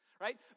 right